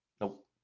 Nope